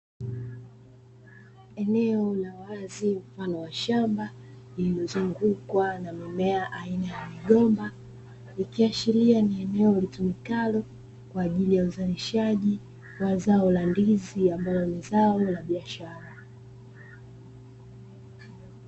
Eneo la wazi mfano wa shamba lililozungukwa na mimea aina ya migomba, ikiashiria ni eneo litumikalo kwa ajili ya uzalishaji wa zao la ndizi ambalo ni zao la biashara.